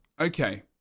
Okay